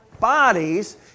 Bodies